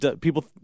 people